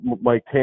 Mike